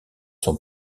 son